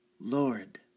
Lord